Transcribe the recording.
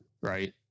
right